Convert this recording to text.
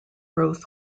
growth